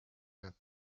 nad